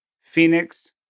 Phoenix